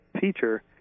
feature